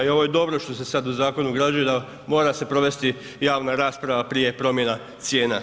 I ovo je dobro što ste sad u zakon ugradili da mora se provesti javna rasprava prije promjena cijena.